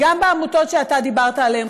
גם בעמותות שאתה דיברת עליהן,